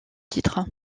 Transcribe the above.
titre